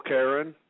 Karen